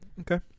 Okay